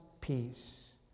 peace